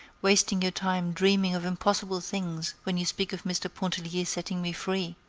wasting your time dreaming of impossible things when you speak of mr. pontellier setting me free!